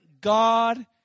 God